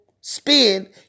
spin